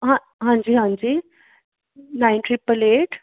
ਹਾਂਜੀ ਹਾਂਜੀ nine triple eight